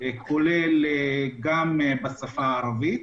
כולל בשפה הערבית.